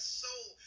soul